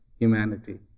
Humanity